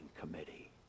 committee